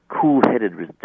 cool-headed